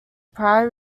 prior